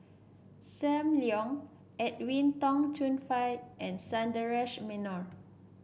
Sam Leong Edwin Tong Chun Fai and Sundaresh Menon